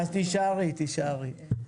אז תישארי, תישארי.